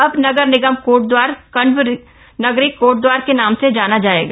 अब नगर निगम कोटदवार कण्व नगरी कोटदवार के नाम से जाना जायेगा